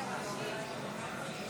נגד גדי איזנקוט,